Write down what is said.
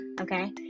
okay